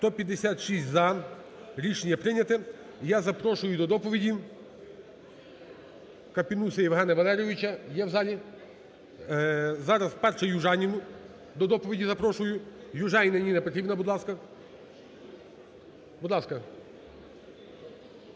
За-156 Рішення прийнято. Я запрошую до доповіді Капінуса Євгена Валерійовича. Є в залі? Зараз спершу Южаніну до доповіді запрошую. Южаніна Ніна Петрівна, будь ласка. Будь ласка.